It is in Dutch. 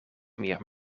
meer